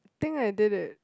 I think I did it